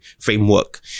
framework